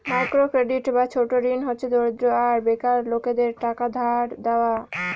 micro credit বা ছোট ঋণ হচ্ছে দরিদ্র আর বেকার লোকেদের টাকা ধার দেওয়া